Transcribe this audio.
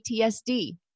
PTSD